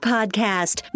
Podcast